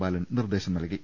ബാലൻ നിർദേശം നൽകി